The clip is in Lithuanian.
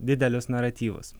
didelius naratyvus